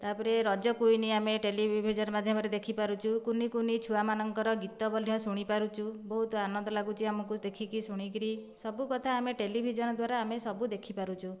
ତା'ପରେ ରଜ କୁଇନ୍ ଆମେ ଟେଲିଭିଜନ୍ ମାଧ୍ୟମରେ ଦେଖିପାରୁଛୁ କୁନି କୁନି ଛୁଆମାନଙ୍କର ଗୀତ ମଧ୍ୟ ଶୁଣିପାରୁଛୁ ବହୁତ ଆନନ୍ଦ ଲାଗୁଛି ଆମକୁ ଦେଖିକି ଶୁଣିକରି ସବୁ କଥା ଆମେ ଟେଲିଭିଜନ୍ ଦ୍ୱାରା ଆମେ ସବୁ ଦେଖିପାରୁଛୁ